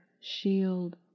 shield